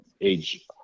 age